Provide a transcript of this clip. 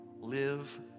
live